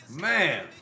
Man